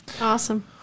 Awesome